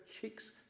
chicks